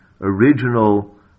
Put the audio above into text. original